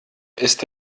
ist